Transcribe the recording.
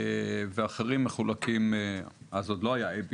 בעוד האחרים מחולקים ל-A,